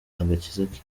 agakiza